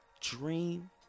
dream